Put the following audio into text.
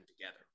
together